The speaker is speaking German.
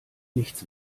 nichts